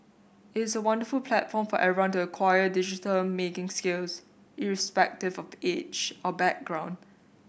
it is a wonderful platform for everyone to acquire digital making skills irrespective of age or background